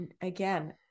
again